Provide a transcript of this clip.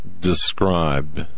described